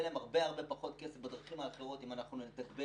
להם הרבה פחות כסף בדרכים האחרות אם נתגבר,